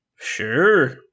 Sure